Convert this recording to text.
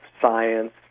science